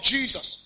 Jesus